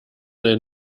ein